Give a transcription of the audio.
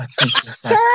Sir